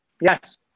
Yes